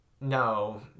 no